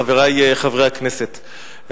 חברי חברי הכנסת,